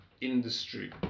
Industry